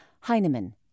Heinemann